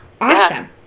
Awesome